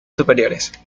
superiores